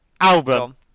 Album